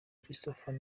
christopher